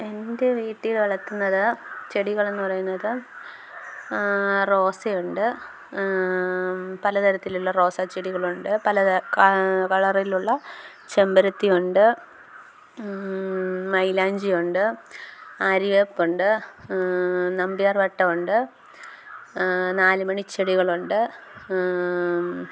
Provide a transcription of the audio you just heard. എൻ്റെ വീട്ടിൽ വളർത്തുന്നത് ചെടികളെന്നു പറയുന്നത് റോസയുണ്ട് പല തരത്തിലുള്ള റോസാ ചെടികളുണ്ട് പല കളറിലുള്ള ചെമ്പരത്തിയുണ്ട് മൈലാഞ്ചിയുണ്ട് ആര്യ വേപ്പുണ്ട് നമ്പ്യാർ വട്ടം ഉണ്ട് നാലുമണി ചെടികളുണ്ട്